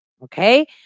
Okay